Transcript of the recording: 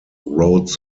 wrote